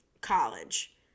college